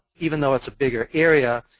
even though it's a bigger area,